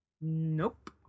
nope